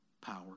power